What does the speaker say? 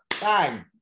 Bang